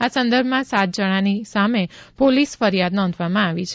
આ સંદર્ભમાં સાત જણાની સામે પોલીસ ફરીયાદ નોંધવામાં આવી છે